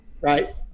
right